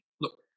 look